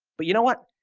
but you know what?